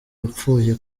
yapfuye